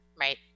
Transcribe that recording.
Right